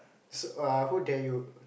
so err who dare you